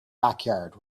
backyard